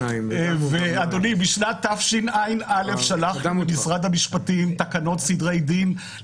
בשנת התשע"א שלחנו למשרד המשפטים תקנות סדרי דין.